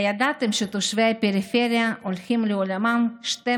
הידעתם שתושבי הפריפריה הולכים לעולמם 12